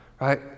Right